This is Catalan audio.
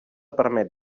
permet